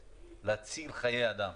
להציל חיי אדם.